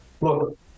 look